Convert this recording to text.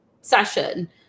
session